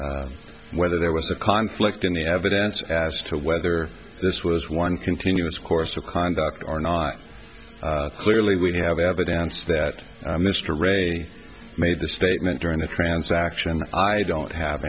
on whether there was a conflict in the evidence as to whether this was one continuous course of conduct or not clearly we have evidence that mr ray made the statement during the transaction and i don't have